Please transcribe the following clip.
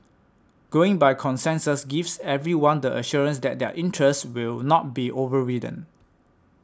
going by consensus gives everyone the assurance that their interests will not be overridden